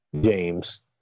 James